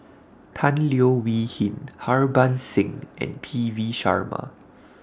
Tan Leo Wee Hin Harbans Singh and P V Sharma